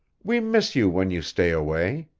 we miss you when you stay away.